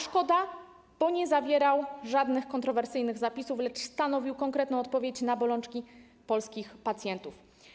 Szkoda, bo nie zawierał on żadnych kontrowersyjnych zapisów, lecz stanowił konkretną odpowiedź na bolączki polskich pacjentów.